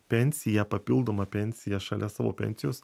pensiją papildomą pensiją šalia savo pensijos